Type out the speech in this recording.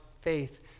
faith